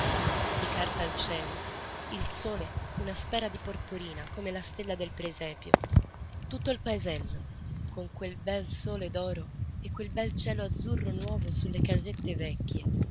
di carta il cielo il sole una spera di porporina come la stella del presepio tutto il paesello con quel bel sole d'oro e quel bel cielo azzurro nuovo su le casette vecchie